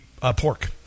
pork